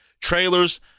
Trailers